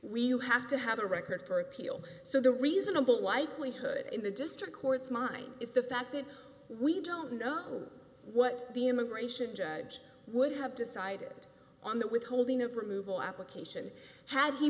we'll have to have a record for appeal so the reasonable likelihood in the district court's mind is the fact that we don't know what the immigration judge would have decided on the withholding of removal application had he